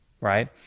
right